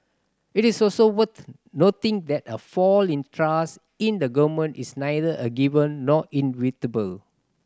it is also worth noting that a fall in trust in the Government is neither a given nor inevitable